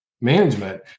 management